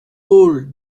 paul